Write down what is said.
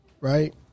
Right